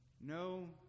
No